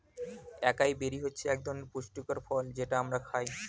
একাই বেরি হচ্ছে একধরনের পুষ্টিকর ফল যেটা আমরা খাই